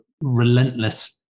relentless